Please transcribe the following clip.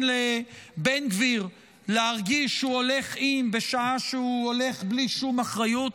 לבן גביר להרגיש שהוא הולך עם בשעה שהוא הולך בלי שום אחריות.